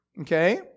Okay